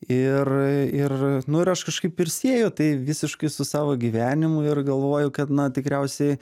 ir ir nu ir aš kažkaip ir sieju tai visiškai su savo gyvenimu ir galvoju kad na tikriausiai